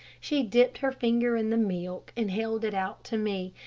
she dipped her finger in the milk and held it out to me,